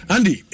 Andy